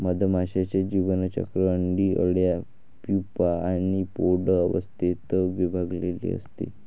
मधमाशीचे जीवनचक्र अंडी, अळ्या, प्यूपा आणि प्रौढ अवस्थेत विभागलेले असते